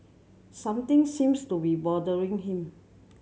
something seems to be bothering him